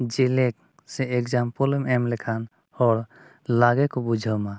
ᱡᱮᱞᱮᱠ ᱥᱮ ᱼᱮᱢ ᱮᱢ ᱞᱮᱠᱷᱟᱱ ᱦᱚᱲ ᱞᱚᱜᱚᱱ ᱠᱚ ᱵᱩᱡᱷᱟᱹᱣ ᱢᱟ